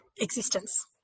existence